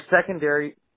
secondary